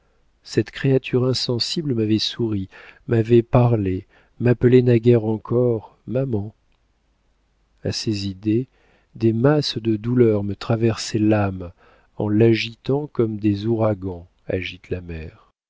cette créature insensible m'avait souri m'avait parlé m'appelait naguère encore maman a ces idées des masses de douleurs me traversaient l'âme en l'agitant comme des ouragans agitent la mer